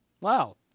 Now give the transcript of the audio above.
Wow